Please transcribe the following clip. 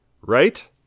right